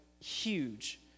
huge